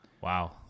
Wow